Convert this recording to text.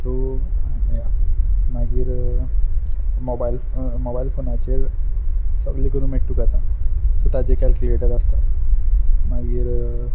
so या मागीर mobile mobile फोनाचेर सगलें कोरूं मेयटा तुका आतां सो ताजेर कॅलकुलेटर आसता मागीर